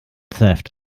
theft